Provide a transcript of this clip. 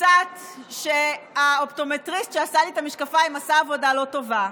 הצעת שהאופטומטריסט שעשה לי את המשקפים עשה עבודה לא טובה.